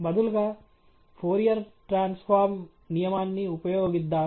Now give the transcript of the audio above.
బదులుగా Fourier transform నియమాన్ని ఉపయోగిద్దాం